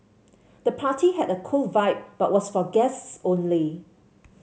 the party had a cool vibe but was for guests only